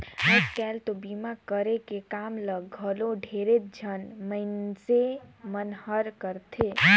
आयज कायल तो बीमा करे के काम ल घलो ढेरेच झन मइनसे मन हर करथे